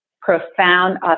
profound